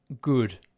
good